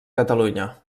catalunya